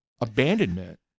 Abandonment